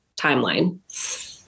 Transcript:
timeline